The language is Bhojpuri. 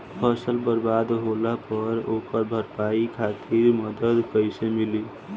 फसल बर्बाद होला पर ओकर भरपाई खातिर मदद कइसे मिली?